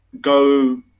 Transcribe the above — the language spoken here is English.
Go